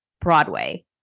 Broadway